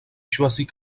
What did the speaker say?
choisit